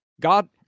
God